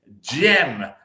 gem